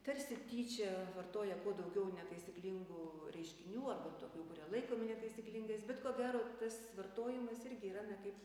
tarsi tyčia vartoja kuo daugiau netaisyklingų reiškinių arba tokių kurie laikomi netaisyklingais bet ko gero tas vartojimas irgi yra na kaip